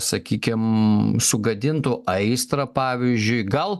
sakykim sugadintų aistrą pavyzdžiui gal